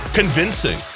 convincing